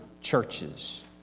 churches